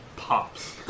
pops